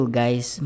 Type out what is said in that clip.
guys